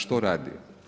Što radi?